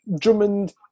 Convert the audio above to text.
Drummond